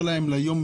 לסייע להם ליום-יום.